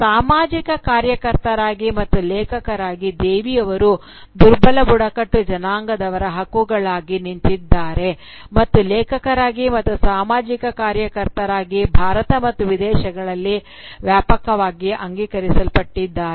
ಸಾಮಾಜಿಕ ಕಾರ್ಯಕರ್ತರಾಗಿ ಮತ್ತು ಲೇಖಕರಾಗಿ ದೇವಿ ಅವರು ದುರ್ಬಲ ಬುಡಕಟ್ಟು ಜನಾಂಗದವರ ಹಕ್ಕುಗಳಿಗಾಗಿ ನಿಂತಿದ್ದಾರೆ ಮತ್ತು ಲೇಖಕರಾಗಿ ಮತ್ತು ಸಾಮಾಜಿಕ ಕಾರ್ಯಕರ್ತರಾಗಿ ಭಾರತ ಮತ್ತು ವಿದೇಶಗಳಲ್ಲಿ ವ್ಯಾಪಕವಾಗಿ ಅಂಗೀಕರಿಸಲ್ಪಟ್ಟಿದ್ದಾರೆ